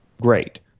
Great